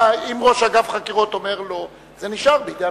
אם ראש אגף חקירות אומר לא, זה נשאר בידי המשטרה,